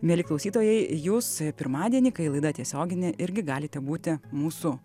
mieli klausytojai jūs pirmadienį kai laida tiesioginė irgi galite būti mūsų